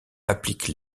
appliquent